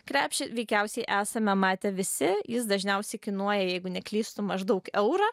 krepšį veikiausiai esame matę visi jis dažniausiai kainuoja jeigu neklystu maždaug eurą